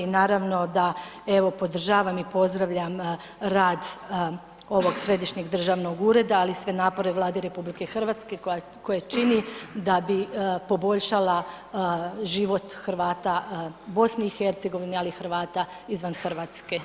Naravno da podržavam i pozdravljam rad ovog središnjeg državnog ureda, ali i sve napore Vlade RH koja čini da bi poboljšala život Hrvat u BiH, ali i Hrvata izvan Hrvatske.